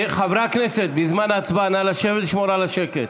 חברי הכנסת, בזמן ההצבעה נא לשבת ולשמור על השקט.